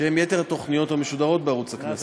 שהם יתר התוכניות המשודרות בערוץ הכנסת.